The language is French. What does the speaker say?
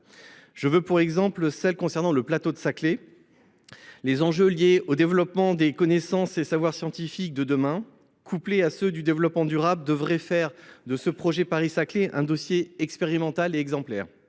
de l’opération qui concerne le plateau de Saclay. Les enjeux liés au développement des connaissances et des savoirs scientifiques de demain, couplés à ceux du développement durable, devraient faire du projet Paris Saclay un dossier expérimental et exemplaire.